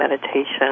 meditation